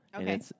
Okay